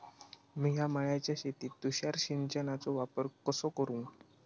मिया माळ्याच्या शेतीत तुषार सिंचनचो वापर कसो करू?